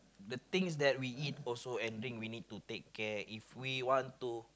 the things that we eat also and drink we need to take care if we want to